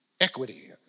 equity